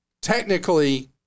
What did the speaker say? technically